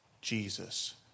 Jesus